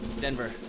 Denver